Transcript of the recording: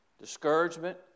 Discouragement